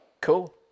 cool